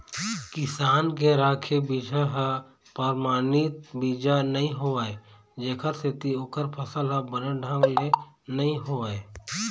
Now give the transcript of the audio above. किसान के राखे बिजहा ह परमानित बीजा नइ होवय जेखर सेती ओखर फसल ह बने ढंग ले नइ होवय